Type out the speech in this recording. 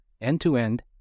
End-to-End